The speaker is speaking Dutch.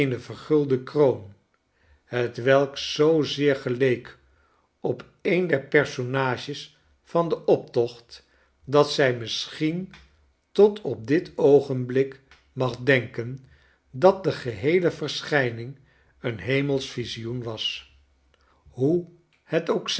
vergulde kroon hetwelk zoozeer geleek op een der personages van den optocht dat zij misschien tot op dit oogenblik mag denken dat de geheele verschijning een hemelsch visioen was hoe het ook